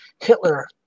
Hitler